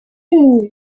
mio